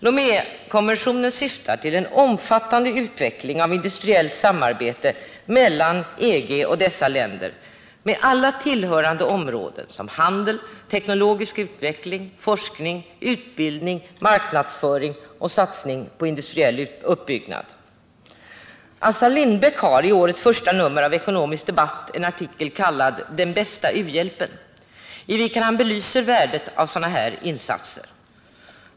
Lomékonventionen syftar till en omfattande utveckling av industriellt samarbete mellan EG och ACP-staterna på alla tillhörande områden såsom handel, teknologisk utveckling, forskning, utbildning, marknadsföring och satsning på industriell uppbyggnad. Assar Lindbeck har i årets första nummer av Ekonomisk debatt en artikel kallad ”Den bästa u-hjälpen”, i vilken han belyser värdet av sådana insatser.